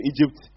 Egypt